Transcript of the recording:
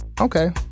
okay